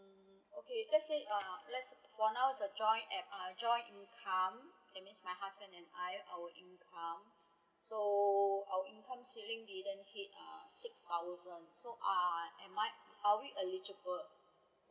okay let's say uh let's for now is a joint am uh joint income that means my husband and I our income so our income ceiling didn't hit uh six thousand so uh am I are we eligible